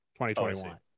2021